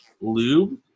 lube